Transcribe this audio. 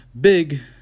big